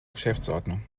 geschäftsordnung